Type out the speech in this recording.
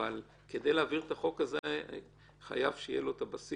אבל כדי להעביר את החוק הזה חייב שיהיה לו הבסיס